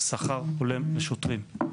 שכר הולם לשוטרים,